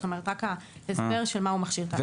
זאת אומרת, רק ההסבר של משהו מכשיר תא לחץ.